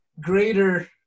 greater